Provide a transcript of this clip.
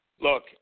Look